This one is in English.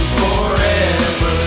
forever